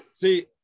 See